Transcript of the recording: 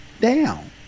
down